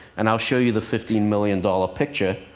and i'll show you the fifteen million dollar picture.